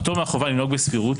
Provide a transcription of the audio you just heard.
הפטור מהחובה לנהוג בסבירות,